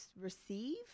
receive